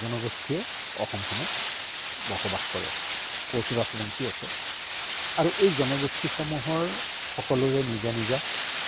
জনগোষ্ঠীয়ে অসমখনত বসবাস কৰে কোচৰাজবংশী আছে আৰু এই জনগোষ্ঠীসমূহৰ সকলোৰে নিজা নিজা